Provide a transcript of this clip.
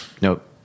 nope